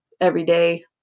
everyday